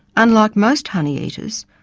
unlike most honeyeaters,